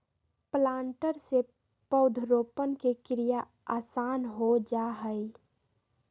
planter से पौधरोपण के क्रिया आसान हो जा हई